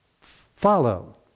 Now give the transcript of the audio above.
follow